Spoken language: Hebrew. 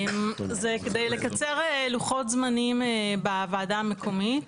זה כדי לקצר לוחות זמנים בוועדה המקומית